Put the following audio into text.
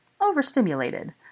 overstimulated